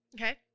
Okay